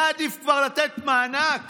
היה עדיף כבר לתת מענק